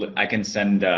but i can send